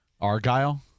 Argyle